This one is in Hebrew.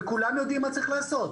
וכולנו יודעים מה צריך לעשות.